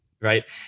right